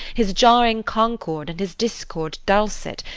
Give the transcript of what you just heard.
his jarring concord, and his discord dulcet,